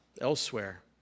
elsewhere